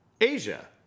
Asia